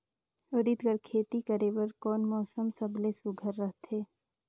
उरीद कर खेती करे बर कोन मौसम सबले सुघ्घर रहथे?